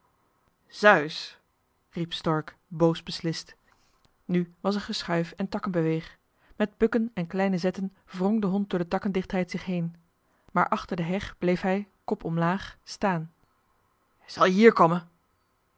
zeus riep stork boos beslist nu was er geschuif en takkenbeweging met bukken en kleine zetten wrong de hond door de takkendichtheid zich heen maar achter de heg bleef hij kop omlaag staan zal je hier komme